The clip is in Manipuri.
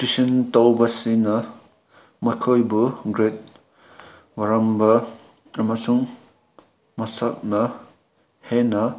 ꯇꯨꯏꯁꯟ ꯇꯧꯕꯁꯤꯅ ꯃꯈꯣꯏꯕꯨ ꯒ꯭ꯔꯦꯠ ꯋꯥꯔꯝꯕ ꯑꯃꯁꯨꯡ ꯃꯁꯥꯅ ꯍꯦꯟꯅ